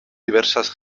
diversas